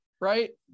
right